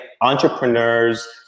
entrepreneurs